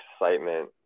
excitement